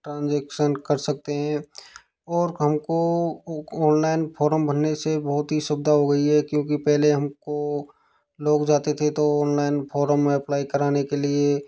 transaction कर सकते हैं और हमको ऑनलाइन फॉर्म भरने से बहुत ही सुविधा हो गई है क्योंकि पहले हमको लोग जाते थे तो ऑनलाइन फॉर्म एप्लाई के लिए